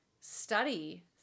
study